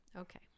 Okay